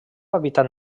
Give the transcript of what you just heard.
hàbitat